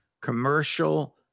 commercial